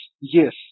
yes